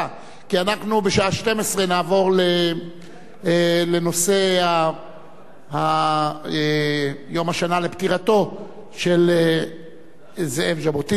כי אנחנו בשעה 12:00 נעבור לנושא יום השנה לפטירתו של זאב ז'בוטינסקי.